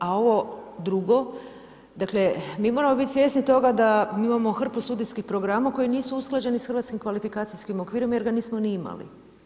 A ovo drugo, dakle, mi moramo biti svjesni toga, da mi imamo hrpu studijskih programa, koji nisu usklađeni sa hrvatskim kvalifikacijskim okvirom jer ga nismo ni imali.